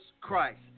Christ